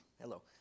hello